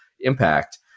Impact